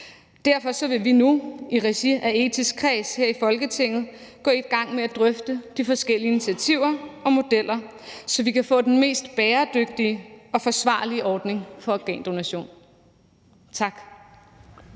Derfor vil vi nu i regi af den etiske kreds her i Folketinget gå i gang med at drøfte de forskellige initiativer og modeller, så vi kan få den mest bæredygtige og forsvarlige ordning for organdonation. Tak.